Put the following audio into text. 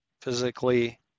physically